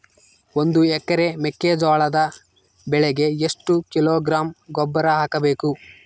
ಒಂದು ಎಕರೆ ಮೆಕ್ಕೆಜೋಳದ ಬೆಳೆಗೆ ಎಷ್ಟು ಕಿಲೋಗ್ರಾಂ ಗೊಬ್ಬರ ಹಾಕಬೇಕು?